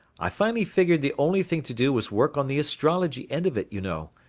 i finally figured the only thing to do was work on the astrology end of it, you know,